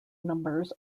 numbers